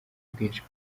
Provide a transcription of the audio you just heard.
ubwinshi